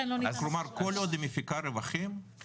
לא ניתן --- כלומר כל עוד היא מפיקה רווחים היא